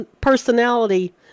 personality